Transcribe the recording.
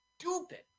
stupid